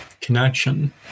connection